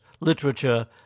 literature